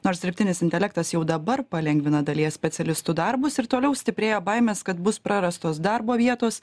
nors dirbtinis intelektas jau dabar palengvina dalies specialistų darbus ir toliau stiprėja baimės kad bus prarastos darbo vietos